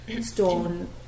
stone